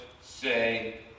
say